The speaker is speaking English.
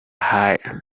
height